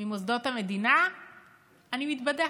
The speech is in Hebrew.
ממוסדות המדינה אני מתבדה.